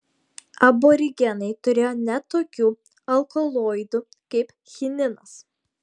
aborigenai turėjo net tokių alkaloidų kaip chininas